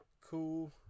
Cool